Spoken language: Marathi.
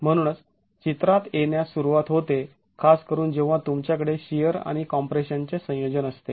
म्हणूनच चित्रात येण्यास सुरुवात होते खास करून जेव्हा तुमच्याकडे शिअर आणि कॉम्प्रेशनचे संयोजन असते